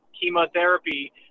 chemotherapy